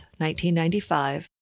1995